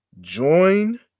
Join